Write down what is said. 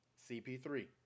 CP3